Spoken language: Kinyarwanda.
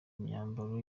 myambaro